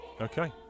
Okay